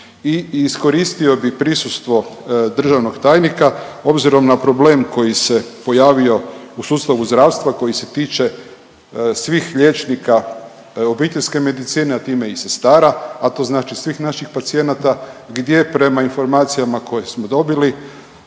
I iskoristio bih prisustvo državnog tajnika obzirom na problem koji se pojavio u sustavu zdravstva koji se tiče svih liječnika obiteljske medicine, a time i sestara, a to znači svih naših pacijenata gdje prema informacijama koje smo dobili